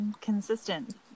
consistent